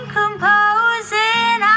composing